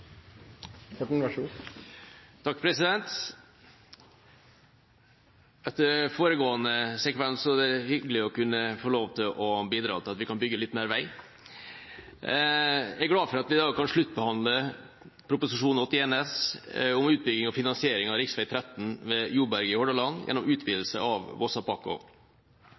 det hyggelig å kunne få lov til å bidra til at vi kan bygge litt mer vei. Jeg er glad for at vi i dag kan sluttbehandle Prop. 81 S om utbygging og finansiering av rv. 13 ved Joberget i Hordaland gjennom utvidelse av